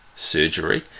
surgery